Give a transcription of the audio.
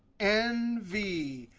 n, v.